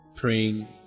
praying